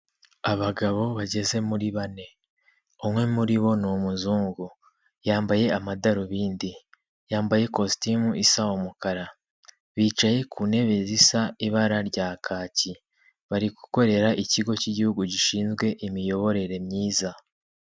Abagabo bageze muri bane, umwe muri bo ni umuzungu, yambaye amadarubindi, yambaye kositimu isa umukara, bicaye ku ntebe zisa ibara rya kaki, bari gukorera ikigo cy'igihugu gishinzwe imiyoborere myiza.